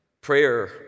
Prayer